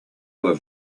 were